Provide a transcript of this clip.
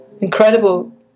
incredible